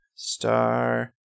Star